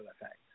effects